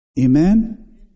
Amen